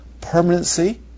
Permanency